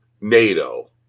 NATO